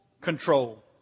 control